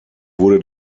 wurde